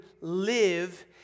live